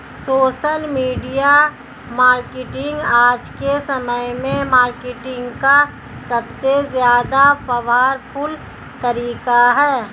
social media marketing आज के समय में मार्केटिंग का सबसे ज्यादा पॉवरफुल तरीका है